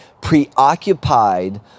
preoccupied